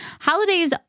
holidays